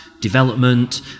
development